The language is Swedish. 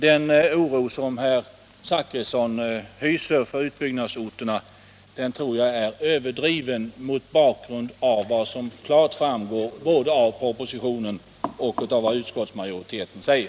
Den oro som herr Zachrisson hyser för utbyggnadsorterna är överdriven mot bakgrund av vad som klart framgår av både propositionen och vad utskottsmajoriteten säger.